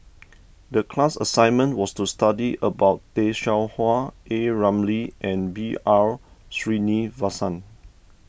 the class assignment was to study about Tay Seow Huah A Ramli and B R Sreenivasan